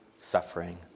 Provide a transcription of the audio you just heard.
suffering